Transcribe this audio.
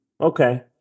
Okay